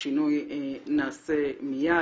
השינוי נעשה מייד.